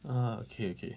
ah okay okay